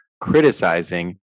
criticizing